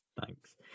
Thanks